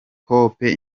hope